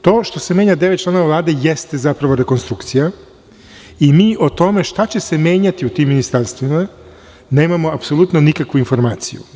To što se menja devet članova Vlade jeste zapravo rekonstrukcija i mi o tome šta će se menjati u tim ministarstvima nemamo apsolutno nikakvu informaciju.